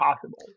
possible